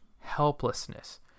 helplessness